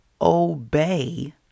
obey